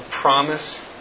promise